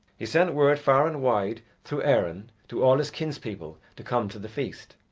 he sent word far and wide through erin to all his kinspeople to come to the feast.